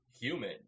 human